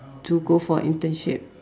to go for internship